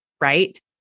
right